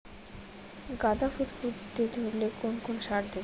গাদা ফুল ফুটতে ধরলে কোন কোন সার দেব?